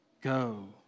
Go